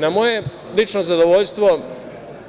Na moje lično zadovoljstvo